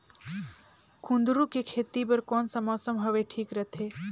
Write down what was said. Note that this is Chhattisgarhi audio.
कुंदूरु के खेती बर कौन सा मौसम हवे ठीक रथे?